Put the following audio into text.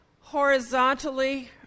horizontally